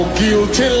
guilty